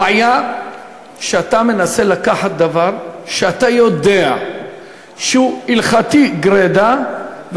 הבעיה היא שאתה מנסה לקחת דבר שאתה יודע שהוא הלכתי גרידא,